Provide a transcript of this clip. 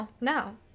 No